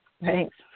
Thanks